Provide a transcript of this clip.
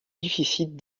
déficits